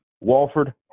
Walford